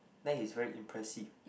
then he's very impressive